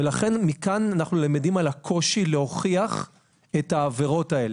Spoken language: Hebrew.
ולכן מכאן אנחנו למדים על הקושי להוכיח את העבירות האלה.